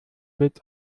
wird